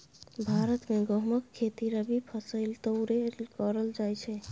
भारत मे गहुमक खेती रबी फसैल तौरे करल जाइ छइ